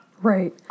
Right